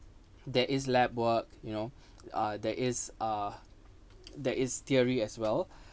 there is lab work you know uh there is a there is theory as well